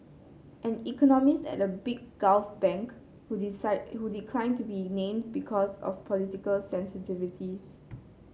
an economist at a big Gulf bank who decided who declined to be named because of political sensitivities